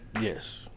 Yes